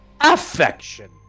affection